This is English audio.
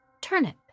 turnip